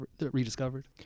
rediscovered